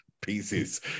pieces